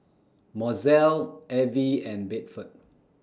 Mozelle Evie and Bedford